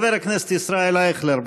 חבר הכנסת ישראל אייכלר,